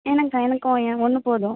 எனக்கா எனக்கா எனக்கு ஒன்று போதும்